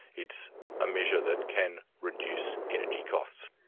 it's a measure that can reduce energy costs.